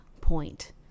point